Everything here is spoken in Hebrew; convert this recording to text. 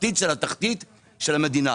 תחתית של התחתית של המדינה.